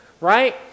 right